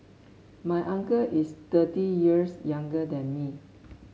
my uncle is thirty years younger than me